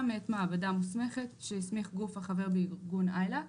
מאת מעבדה מוסמכת שהסמיך גוף החבר בארגון ILAC."